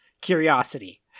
curiosity